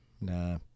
nah